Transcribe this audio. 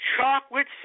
chocolate